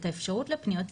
את האפשרות לפניות,